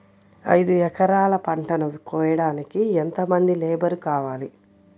ఐదు ఎకరాల పంటను కోయడానికి యెంత మంది లేబరు కావాలి?